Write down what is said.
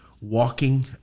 walking